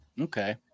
Okay